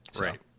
Right